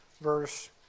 verse